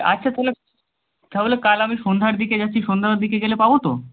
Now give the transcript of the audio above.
আচ্ছা তাহলে তাহলে কাল আমি সন্ধ্যার দিকে যাচ্ছি সন্ধ্যার দিকে গেলে পাব তো